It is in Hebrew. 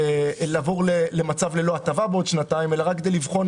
לעבור למצב ללא הטבה עוד שנתיים אלא רק בלבחון